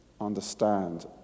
understand